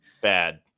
Bad